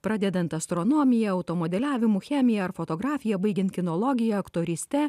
pradedant astronomija automodeliavimu chemija ar fotografija baigiant kinologija aktoryste